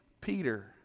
Peter